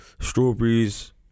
strawberries